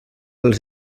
les